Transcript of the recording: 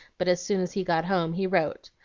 but as soon as he got home he wrote.